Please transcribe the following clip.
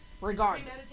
Regardless